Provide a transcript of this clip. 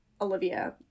Olivia